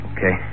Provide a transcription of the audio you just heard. Okay